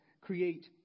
create